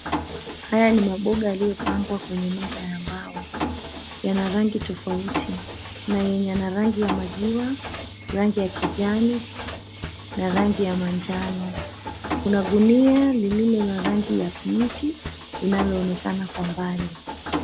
Haya ni mabuga yaliyopangwa kwenye meza ya mbao kuna ya rangi tofauti, kuna yenye rangi ya maziwa rangi ya kijani na rangi ya manjano, kuna gunia lenye rangi ya pinki linaloonekana kwa mbali.